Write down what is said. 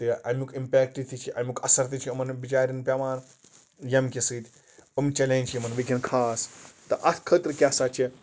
تہٕ اَمیُک اِمپیکٹ تہِ چھُ اَمیُک اَثر تہِ چھُ یِمَن بِچارٮ۪ن پیوان ییٚمہِ کہِ سۭتۍ یِم چیلینج چھِ یِمَن ؤنکیٚن خاص تہٕ اَتھ خٲطرٕ کیاہ سا چھِ